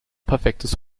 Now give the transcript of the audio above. perfektes